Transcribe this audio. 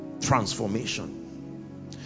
transformation